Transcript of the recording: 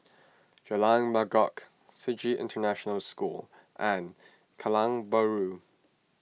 Jalan Mangkok Sji International School and Kallang Bahru